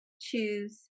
choose